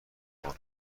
آنها